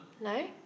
No